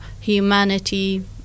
humanity